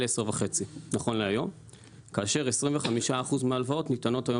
10.5 נכון להיום כאשר 25% מההלוואות ניתנות היום